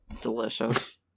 delicious